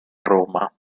roma